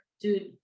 dude